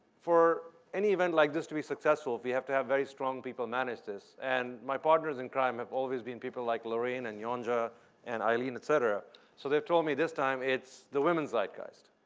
for any event like this to be successful we have to have very strong people manage this, and my partners in crime have always been people like lorraine and yonca and eileen, et cetera so they told me this time it's the women's zeitgeist.